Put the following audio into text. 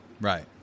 Right